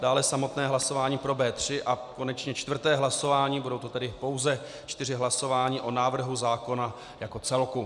Dále samotné hlasování pro B3 a konečně čtvrté hlasování budou to tedy pouze čtyři hlasování o návrhu zákona jako celku.